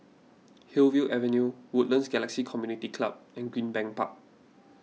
Hillview Avenue Woodlands Galaxy Community Club and Greenbank Park